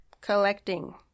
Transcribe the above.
collecting